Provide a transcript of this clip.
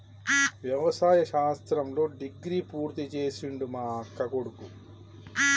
వ్యవసాయ శాస్త్రంలో డిగ్రీ పూర్తి చేసిండు మా అక్కకొడుకు